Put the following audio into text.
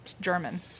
german